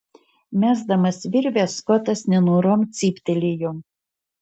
mesdamas virvę skotas nenorom cyptelėjo